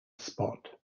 spot